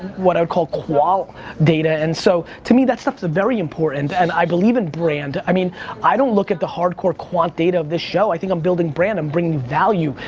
what are called qual data, and so to me that stuff's very important, and i believe in brand. i mean i don't look at the hardcore quant data of this show, i think i'm building brand, i'm bringing value.